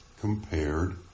compared